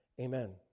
Amen